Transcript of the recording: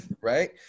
right